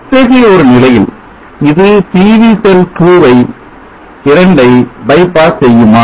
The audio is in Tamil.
அத்தகைய ஒரு நிலையில் இது PV செல் 2 ஐ by pass செய்யுமா